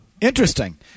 Interesting